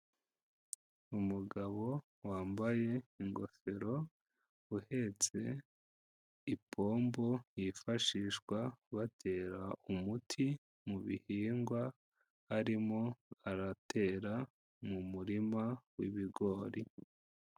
Umugabo wambaye ingofero uhetse ipombo yifashishwa batera umuti mu bihingwa, arimo aratera mu murima w'ibigori.